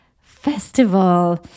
festival